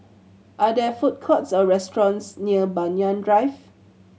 are there food courts or restaurants near Banyan Drive